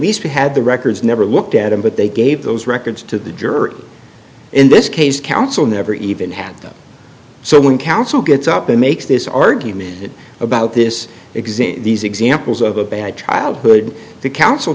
least had the records never looked at them but they gave those records to the jury in this case counsel never even had them so when counsel gets up and makes this argument about this exam these examples of a bad childhood the council